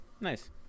nice